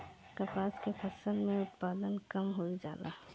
कपास के फसल के उत्पादन कम होइ जाला?